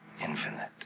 infinite